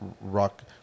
Rock